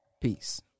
Peace